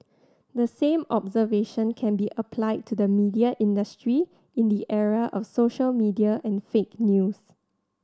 the same observation can be applied to the media industry in the era of social media and fake news